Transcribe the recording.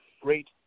great